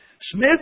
Smith